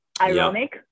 ironic